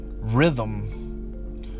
rhythm